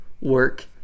work